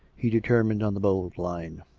he determined on the bold line.